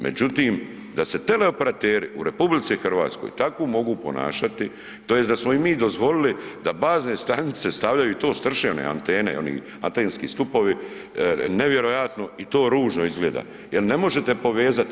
Međutim, da se teleoperateri u RH tako mogu ponašati tj. da smo im mi dozvolili da bazne stanice stavljaju, to strše one antene i oni atenski stupovi, nevjerojatno i to ružno izgleda jel ne možete povezati.